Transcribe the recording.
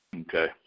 Okay